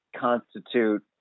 constitute